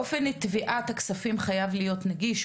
אופן תביעת הכספים חייב להיות נגיש,